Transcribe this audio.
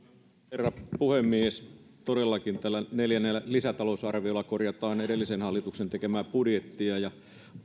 herra puhemies todellakin tällä neljännellä lisätalousarviolla korjataan edellisen hallituksen tekemää budjettia